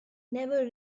never